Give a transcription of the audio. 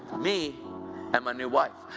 me and my new wife.